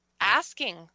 asking